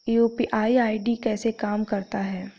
UPI ID कैसे काम करता है?